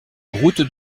route